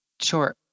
Sure